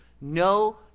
No